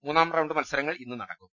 മൂന്നാം റൌണ്ട് മത്സരങ്ങൾ ഇന്ന് നടക്കും